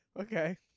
Okay